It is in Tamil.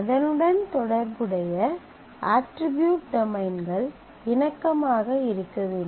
அதனுடன் தொடர்புடைய அட்ரிபியூட் டொமைன்கள் இணக்கமாக இருக்க வேண்டும்